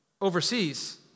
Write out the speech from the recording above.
overseas